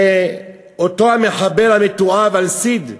ואותו המחבל המתועב, א-סייד,